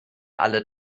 alle